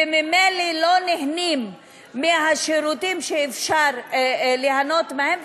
וממילא לא נהנים מהשירותים שאפשר ליהנות מהם.